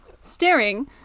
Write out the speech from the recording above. staring